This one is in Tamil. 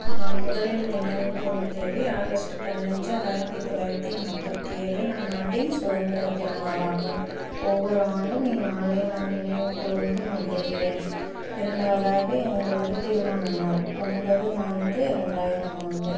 நான் முதலில் நினைவு கூறும் தேதி ஆகஸ்ட்டு பதினஞ்சு ஆயிரத்து தொளாயிரத்து நாற்பத்தி ஏழு நம் நாட்டின் சுகந்திர திருநாளாகும் ஒவ்வொரு ஆண்டும் இந்நாளை நான் நினைவு கூர்ந்து மகிழ்கிறேன் இரண்டாவதாக எங்களது திருமண நாள் ஒன்பது நான்கு ரெண்டாயிரம் ஆண்டு